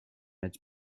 its